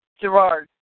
Gerard